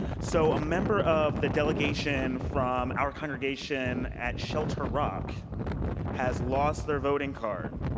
so a member of the delegation from our congregation at shelter rock has lost their voting card.